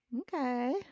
Okay